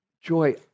joy